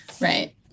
Right